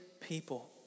people